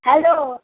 hello